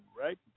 Right